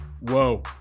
Whoa